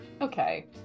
Okay